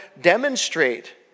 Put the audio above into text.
demonstrate